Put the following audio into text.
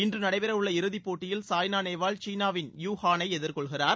இன்று நடைபெறவுள்ள இறுதிப் போட்டியில் சாய்னா நேவால் சீனாவின் யூ ஹானை எதிர்கொள்கிறார்